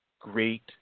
great